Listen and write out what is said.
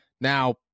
Now